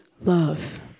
love